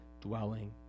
dwelling